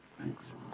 Thanks